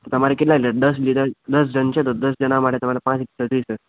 તમારે કેટલા લિટર દસ લિટર દસ જણ છે તો દસ જણા માટે તમારે પાંચ લિટર જોઈશે